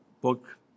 book